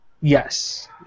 Yes